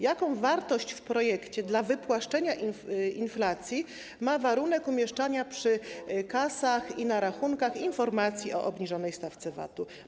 Jaką wartość w projekcie dla wypłaszczenia inflacji ma warunek umieszczania przy kasach i na rachunkach informacji o obniżonej stawce VAT?